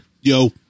Yo